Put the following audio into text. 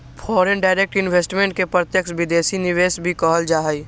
foreign direct investment के प्रत्यक्ष विदेशी निवेश भी कहल जा हई